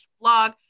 blog